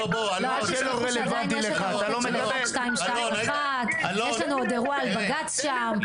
בוא -- יש לנו עוד אירוע על בג"צ שם,